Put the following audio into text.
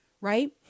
right